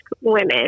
women